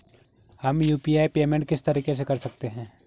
हम UPI payment किस तरीके से कर सकते हैं?